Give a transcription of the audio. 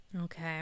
Okay